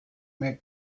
mehr